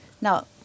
Now